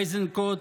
איזנקוט,